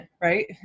right